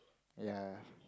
ya